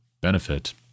benefit